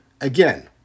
again